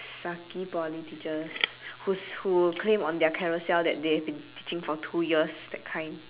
sucky poly teachers whose who claim on their carousell that they have been teaching for two years that kind